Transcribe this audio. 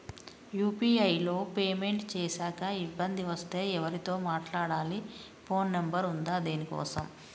UPI లో payment చేశాక ఇబ్బంది వస్తే ఎవరితో మాట్లాడాలి? ఫోన్ నంబర్ ఉందా దీనికోసం?